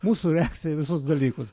mūsų reakcija į visus dalykus